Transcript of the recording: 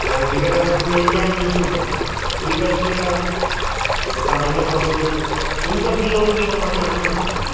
ऐं जंहिं कॾहिं असां पूरी इंडिया में ॾिसूं त सुविधा सुविधा आहे जे तव्हां मन सां सोचियो त सुविधा कीअं वठिणी आहे पंहिंजे मनु मथां आहे